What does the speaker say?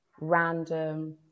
random